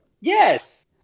Yes